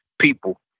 people